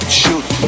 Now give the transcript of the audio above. shoot